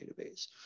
database